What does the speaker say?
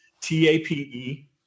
T-A-P-E